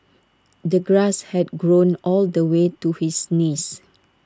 the grass had grown all the way to his knees